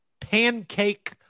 pancake